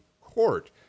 Court